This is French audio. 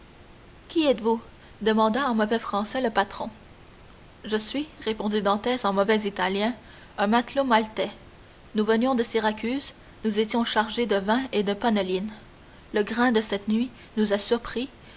qui êtes-vous demanda en mauvais français le patron je suis répondit dantès en mauvais italien un matelot maltais nous venions de syracuse nous étions chargés de vin et de panoline le grain de cette nuit nous a surpris